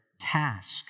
task